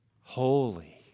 Holy